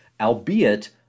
albeit